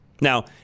Now